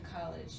college